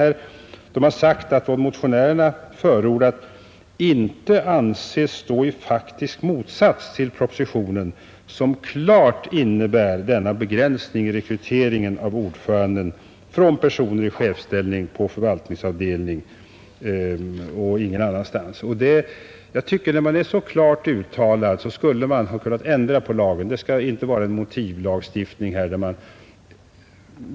Utskottet har sagt att vad motionärerna förordat inte kan anses stå i faktisk motsats till propositionen, som ”klart” innebär denna begränsning i rekryteringen av ordförande bland personer i chefsställning på förvaltningsavdelningen och ingen annanstans. Jag tycker att när man har uttalat sig så klart skulle man ha kunnat ändra på lagen. Det bör inte vara en motivlagstiftning.